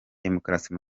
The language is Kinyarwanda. demokarasi